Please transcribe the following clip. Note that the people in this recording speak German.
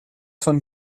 von